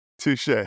Touche